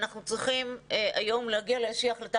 אנחנו צריכים היום להגיע לאיזושהי החלטה